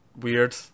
weird